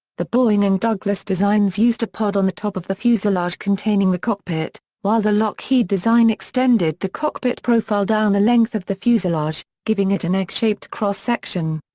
the boeing and douglas designs used a pod on the top of the fuselage containing the cockpit, while the lockheed design extended the cockpit profile down the length of the fuselage, giving it an egg-shaped cross section.